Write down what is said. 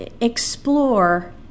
explore